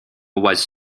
was